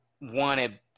wanted